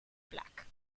black